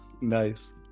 Nice